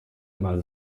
immer